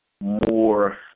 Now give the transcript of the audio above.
more